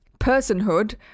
personhood